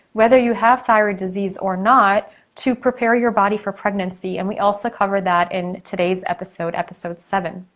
whether you have thyroid disease or not to prepare your body for pregnancy and we also cover that in today's episode, episode seven.